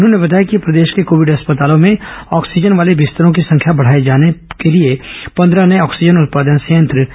उन्होंने बताया कि प्रदेश के कोविड अस्पतालों में ऑक्सीजन वाले बिस्तरों की संख्या बढ़ाये जाने के लिए पन्द्रह नए ऑक्सीजन उत्पादन संयंत्र लगाए गए हैं